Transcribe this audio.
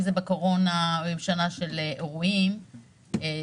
אם בשנת הקורונה או בשנה של אירועי חירום,